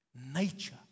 nature